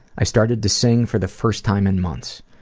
i started to sing for the first time in months.